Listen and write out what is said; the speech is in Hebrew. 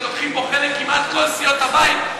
שלוקחות בו חלק כמעט כל סיעות הבית,